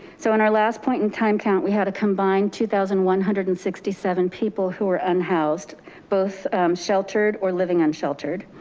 so in our last point in time count, we had a combined two thousand one hundred and sixty seven people who were unhoused both sheltered or living on sheltered.